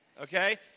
Okay